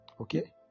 Okay